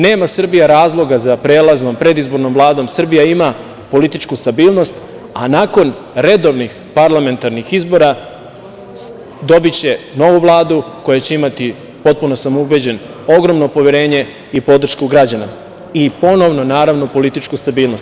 Nema Srbija razloga za prelaznu, predizbornu Vladu, Srbija ima političku stabilnost, a nakon redovnih parlamentarnih izbora dobiće novu Vladu koja će imati, potpuno sam ubeđen, ogromno poverenje i podršku građana i ponovnu, naravno, političku stabilnost.